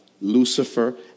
Lucifer